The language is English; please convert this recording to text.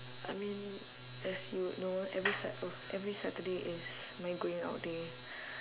I mean as you would know every sat~ oh every saturday is my going out day